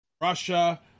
Russia